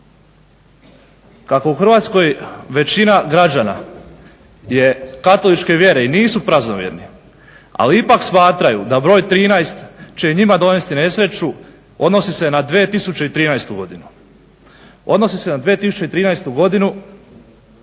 Kako u Hrvatskoj većina građana je katoličke vjere i nisu praznovjerni, ali ipak smatraju da broj 13 će i njima donesti nesreću odnosi se na 2013. godinu. Odnosi se na 2013. godinu